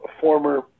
former